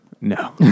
No